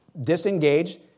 disengaged